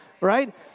Right